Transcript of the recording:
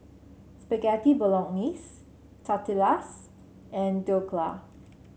Spaghetti Bolognese Tortillas and Dhokla